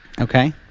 Okay